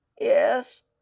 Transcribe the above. Yes